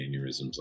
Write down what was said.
aneurysms